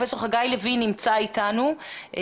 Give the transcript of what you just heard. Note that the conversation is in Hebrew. נמצא אתנו פרופסור חגי לוין.